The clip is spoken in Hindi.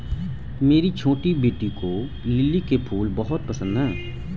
मेरी छोटी बेटी को लिली के फूल बहुत पसंद है